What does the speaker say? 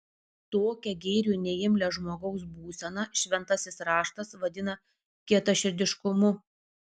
tokią gėriui neimlią žmogaus būseną šventasis raštas vadina kietaširdiškumu